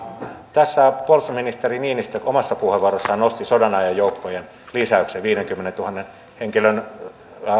puolustusministeri niinistö omassa puheenvuorossaan nosti sodanajan joukkojen lisäyksen viidenkymmenentuhannen henkilön